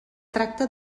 tracta